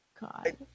God